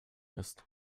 ist